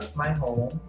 my home,